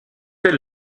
elle